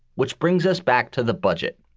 which brings us back to the budget,